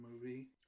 movie